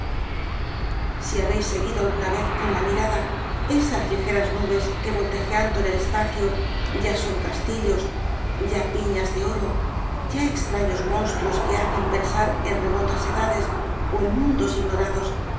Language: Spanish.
si habéis seguido alguna vez con la mirada esas ligeras nubes que voltejeando en el espacio ya son castillos ya pinas de oro ya extraños monstruos que tomo i v rosalía de castro hacen pensar en remotas edades ó en mundos ignorados